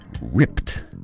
ripped